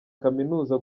kaminuza